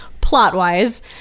plot-wise